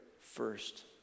first